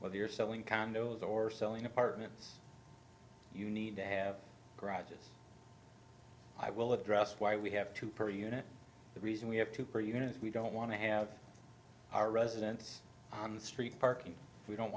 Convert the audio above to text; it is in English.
whether you're selling condos or selling apartments you need to have garages i will address why we have two per unit the reason we have two per unit is we don't want to have our residents on the street parking we don't